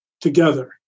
together